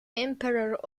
emperor